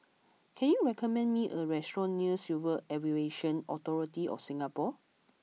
can you recommend me a restaurant near Civil Aviation Authority of Singapore